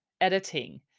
editing